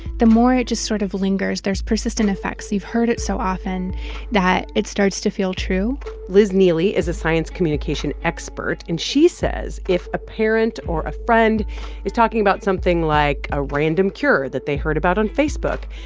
the more it just sort of lingers. there's persistent effects. you've heard it so often that it starts to feel true liz neeley is a science communication expert, and she says if a parent or a friend is talking about something like a random cure that they heard about on facebook,